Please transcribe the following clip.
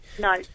No